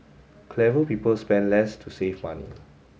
clever people spend less to save money